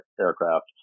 aircraft